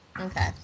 Okay